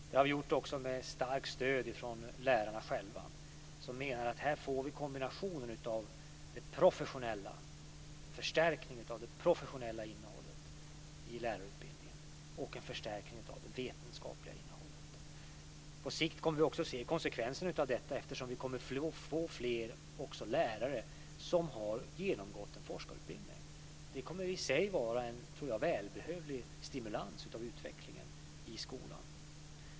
Detta har vi gjort med starkt stöd från lärarna själva, som menar att de får en förstärkning av det professionella innehållet i lärarutbildningen och en förstärkning av det vetenskapliga innehållet. På sikt kommer vi också att se konsekvensen av detta, eftersom vi också kommer att få fler lärare som har genomgått en forskarutbildning. Det tror jag i sig kommer att vara en välbehövlig stimulans när det gäller utvecklingen i skolan.